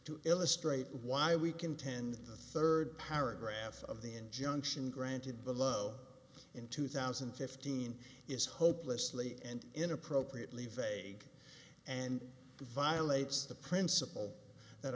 to illustrate why we contend the third paragraph of the injunction granted below in two thousand and fifteen is hopelessly and inappropriate leave a and violates the principle that